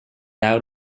out